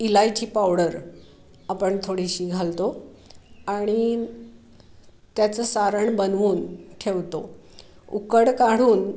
इलायची पावडर आपण थोडीशी घालतो आणि त्याचं सारण बनवून ठेवतो उकड काढून